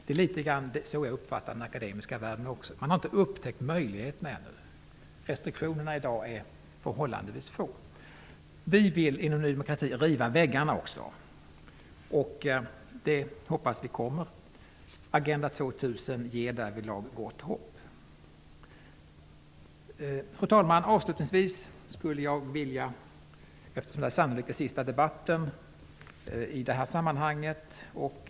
Det är litet grand så jag uppfattar den akademiska världen. Den har inte upptäckt möjligheterna ännu. Restriktionerna är förhållandevis få i dag. Vi i Ny demokrati vill riva väggarna också. Vi hoppas att det kommer. Agenda 2000 ger gott hopp därvidlag. Fru talman! Det här är sannolikt den sista debatten i det här sammanhanget.